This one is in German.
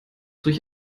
durch